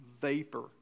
vapor